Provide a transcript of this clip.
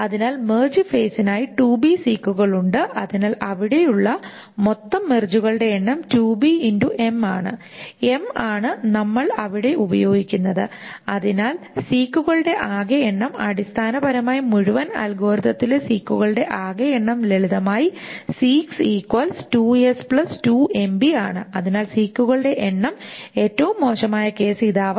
അതിനാൽ മെർജ് ഫേസിനായി സീക്കുകൾ ഉണ്ട് അതിനാൽ അവിടെയുള്ള മൊത്തം മെർജുകളുടെ എണ്ണം ആണ് ആണ് നമ്മൾ അവിടെ ഉപയോഗിക്കുന്നത് അതിനാൽ സീക്കുകളുടെ ആകെ എണ്ണം അടിസ്ഥാനപരമായി മുഴുവൻ അൽഗോരിതത്തിലെ സീക്കുകളുടെ ആകെ എണ്ണം ലളിതമായി ആണ് അതിനാൽ സീക്കുകളുടെ എണ്ണം ഏറ്റവും മോശമായ കേസ് ഇതാവാം